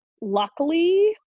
luckily